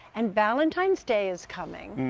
and valentine's day is coming.